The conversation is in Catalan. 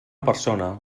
persona